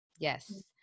Yes